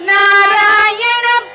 Narayana